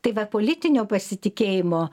tai va politinio pasitikėjimo